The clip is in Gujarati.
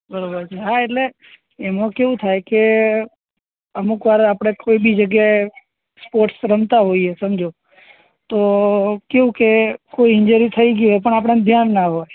બરોબર છે હા એટલે એમા કેવું થાય કે અમુક વાર આપણે કોઈ બી જગ્યાએ સ્પોર્ટ્સ રમતા હોઈએ સમજો તો કેવું કે કોઈ ઈંજેરી થઈ ગઇ હોય પણ આપણને ધ્યાન ના હોય